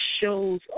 shows